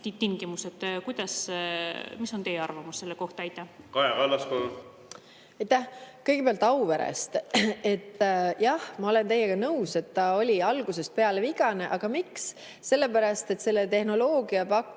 Mis on teie arvamus selle kohta? Kaja Kallas, palun! Aitäh! Kõigepealt Auverest. Jah, ma olen teiega nõus, et see oli algusest peale vigane. Aga miks? Sellepärast, et selle tehnoloogia pakkus